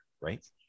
right